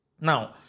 Now